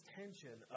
tension